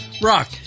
Rock